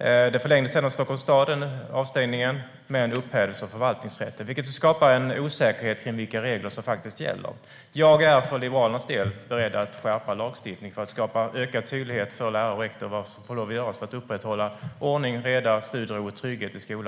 Avstängningen förlängdes sedan av Stockholms stad, men den upphävdes av förvaltningsrätten, vilket skapar en osäkerhet kring vilka regler som gäller. Jag är för Liberalernas del beredd att skärpa lagstiftningen för att skapa ökad tydlighet för lärare och rektor om vad som får lov att göras för att upprätthålla ordning och reda, studiero och trygghet i skolan.